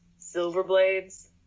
Silverblades